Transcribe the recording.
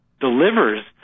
delivers